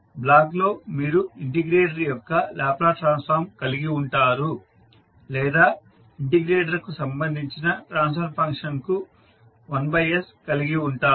బ్లాక్లో మీరు ఇంటిగ్రేటర్ యొక్క లాప్లాస్ ట్రాన్స్ఫార్మ్ కలిగి ఉంటారు లేదా ఇంటిగ్రేటర్కు సంబంధించిన ట్రాన్స్ఫర్ ఫంక్షన్కు 1s కలిగి ఉంటారు